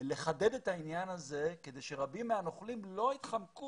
לחדד את העניין הזה כדי שרבים מהנוכלים לא יתחמקו